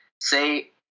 say